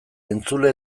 entzule